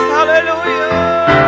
¡Hallelujah